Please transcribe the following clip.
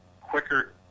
quicker